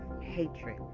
hatred